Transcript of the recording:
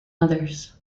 others